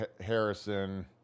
Harrison